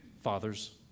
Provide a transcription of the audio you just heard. fathers